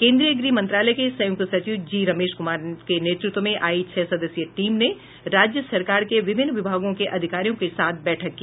केन्द्रीय गृह मंत्रालय के संयुक्त सचिव जी रमेश कुमार के नेतृत्व में आयी छह सदस्यीय टीम ने राज्य सरकार के विभिन्न विभागों के अधिकारियों के साथ बैठक की